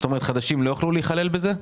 כלומר, חדשים לא יוכלו להיכלל בזה?